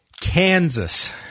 Kansas